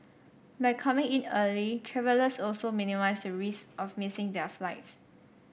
by coming in early travellers also minimise the risk of missing their flights